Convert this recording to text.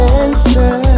answer